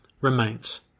remains